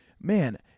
man